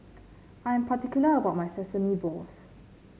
I'm particular about my Sesame Balls